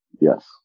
yes